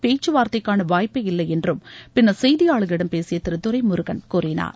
பேச்சுவார்த்தைக்கான வாய்ப்பே இல்லை என்பதில் என்றும் பின்னர் செய்தியாளர்களிடம் பேசிய திரு துரைமுருகன் கூறினார்